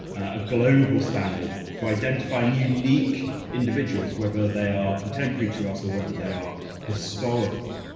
a global standard for identifying unique individuals whether they are contemporary to us or whether they are historical.